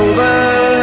Over